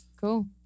Cool